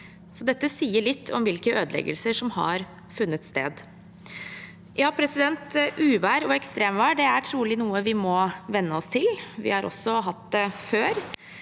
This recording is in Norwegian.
Dette sier litt om hvilke ødeleggelser som har funnet sted. Uvær og ekstremvær er trolig noe vi må venne oss til. Vi har også hatt det før,